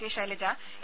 K Shailaja A